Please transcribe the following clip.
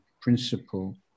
principle